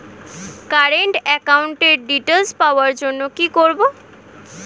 Current একাউন্টের details পাওয়ার জন্য কি করব?